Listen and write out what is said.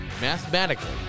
mathematically